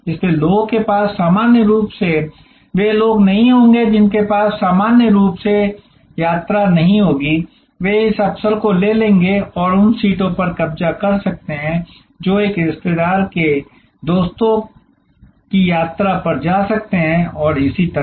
इसलिए लोगों के पास सामान्य रूप से वे लोग नहीं होंगे जिनके पास सामान्य रूप से यात्रा नहीं होगी वे इस अवसर को ले लेंगे और उन सीटों पर कब्जा कर सकते हैं जो एक रिश्तेदारों के दोस्तों की यात्रा पर जा सकते हैं और इसी तरह